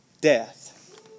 death